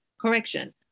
Correction